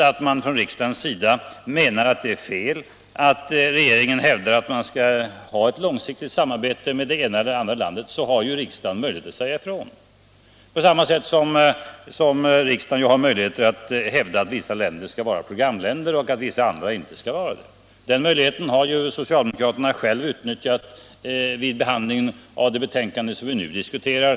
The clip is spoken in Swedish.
Om riksdagen anser att det är fel när regeringen hävdar att vi skall ha ett långsiktigt samarbete med något land, så har ju riksdagen möjlighet att säga ifrån, på samma sätt som riksdagen har möjligheter att hävda att vissa länder skall vara programländer och att vissa andra inte skall vara det. Den möjligheten har socialdemokraterna själva utnyttjat vid behandlingen av det ärende som vi nu diskuterar.